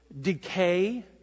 decay